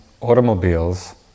automobiles